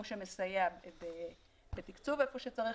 הוא שמסייע בתקצוב איפה שצריך.